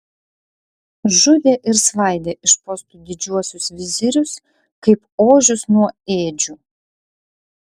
žudė ir svaidė iš postų didžiuosius vizirius kaip ožius nuo ėdžių